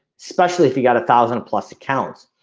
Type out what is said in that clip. especially if you got a thousand plus accounts.